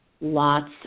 lots